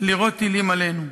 לירות טילים עלינו.